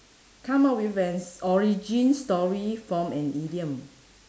come up with an origin story from an idiom